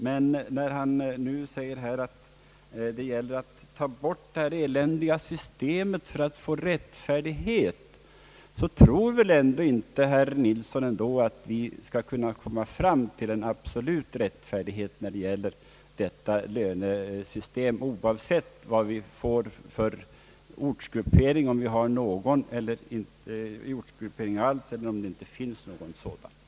Men när han säger att det gäller att ta bort »det här eländiga systemet» för att få rättfärdighet, så tror väl ändå inte herr Nilsson själv att vi skall kunna komma fram till en absolut rättfärdighet beträffande lönesystemet, oavsett vilken dyrortsgruppering vi får eller om vi inte får någon sådan alls.